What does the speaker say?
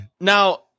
Now